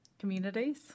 communities